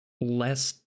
less